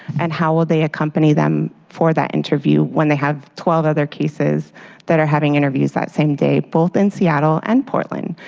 and how will they accompany them for that interview when they have twelve other cases that are having interviews that same day? both in seattle and portland.